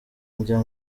njya